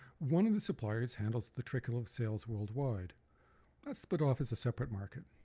one of the suppliers handles the trickle of sales worldwide. that's split off as a separate market.